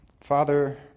Father